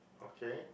okay